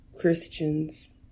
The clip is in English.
Christians